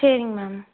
சரிங்க மேம்